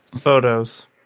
Photos